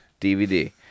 DVD